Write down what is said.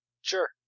Sure